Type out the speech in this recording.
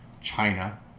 China